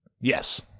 Yes